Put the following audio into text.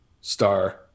star